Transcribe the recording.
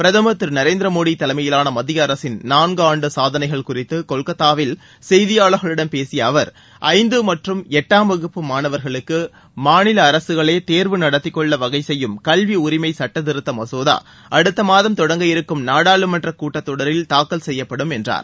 பிரதமர் திரு நரேந்திர மோடி தலைமையிலான மத்திய அரசின் நான்கு ஆண்டு சாதனைகள் குறித்து கொல்கத்தாவில் செய்தியாளர்களிடம் பேசிய அவர் ஐந்து மற்றும் எட்டாம் வகுப்பு மாணவர்களுக்கு மாநில அரசுகளே தேர்வு நடத்திக் கொள்ள வகை செய்யும் கல்வி உரிமை சட்டத்திருத்த மசோதா அடுத்த மாதம் தொடங்க இருக்கும் நாடாளுமன்றக் கூட்டத் தொடரில் தாக்கல் செய்யப்படும் என்றார்